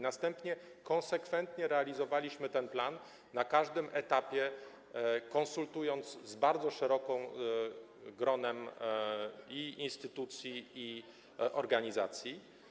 Następnie konsekwentnie realizowaliśmy ten plan, na każdym etapie konsultując go z bardzo szerokim gronem i instytucji, i organizacji.